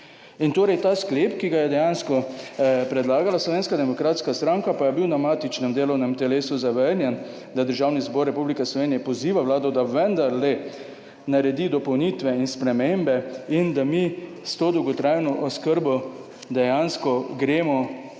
in torej ta sklep, ki ga je dejansko predlagala Slovenska demokratska stranka, pa je bil na matičnem delovnem telesu zavrnjen, da Državni zbor Republike Slovenije poziva Vlado, da vendarle naredi dopolnitve in spremembe in da mi s to dolgotrajno oskrbo dejansko gremo na